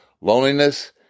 Loneliness